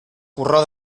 porró